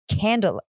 candle